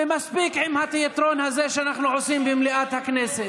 ומספיק עם התיאטרון הזה שאנחנו עושים במליאת הכנסת.